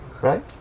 Right